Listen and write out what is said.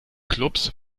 clubs